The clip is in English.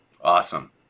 Awesome